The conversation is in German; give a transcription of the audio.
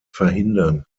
verhindern